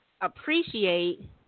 appreciate